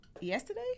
yesterday